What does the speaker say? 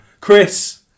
Chris